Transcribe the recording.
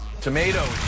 Tomatoes